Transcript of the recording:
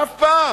אף פעם.